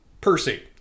Percy